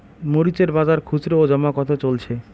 মরিচ এর বাজার খুচরো ও জমা কত চলছে?